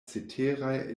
ceteraj